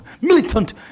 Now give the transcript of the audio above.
militant